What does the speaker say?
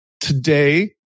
today